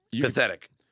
pathetic